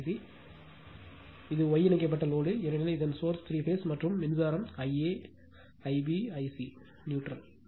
இது சோர்ஸ் இது Y இணைக்கப்பட்ட லோடு ஏனெனில் இதன் சோர்ஸ் த்ரீ பேஸ் மற்றும் மின்சாரம் இது I a இந்த I b மற்றும் Iசி நியூட்ரல்